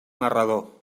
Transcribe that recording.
narrador